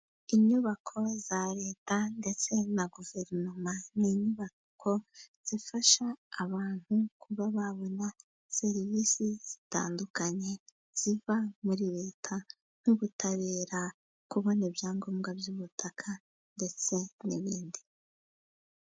Inyubako za Leta ndetse na Guverinoma ni inyubako zifasha abantu kuba babona serivisi zitandukanye ziva muri Leta, nk’ubutabera, kubona ibyangombwa by’ubutaka, ndetse n’ibindi.